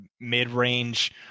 mid-range